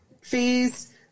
fees